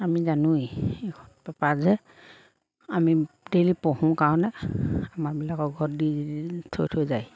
আমি জানোৱেই পেপাৰ যে আমি ডেইলি পঢ়োঁ কাৰণে আমাৰাবিলাকৰ ঘৰত দি থৈ থৈ যায়